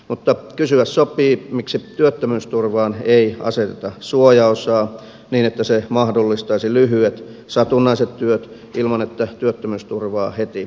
mutta kysyä sopii miksi työttömyysturvaan ei aseteta suojaosaa niin että se mahdollistaisi lyhyet satunnaiset työt ilman että työttömyysturvaa heti leikattaisiin